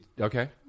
okay